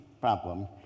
problem